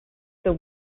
the